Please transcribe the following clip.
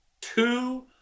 two